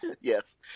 Yes